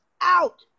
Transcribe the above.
out